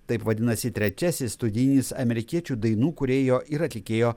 taip vadinasi trečiasis studijinis amerikiečių dainų kūrėjo ir atlikėjo